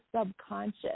subconscious